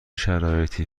شرایطی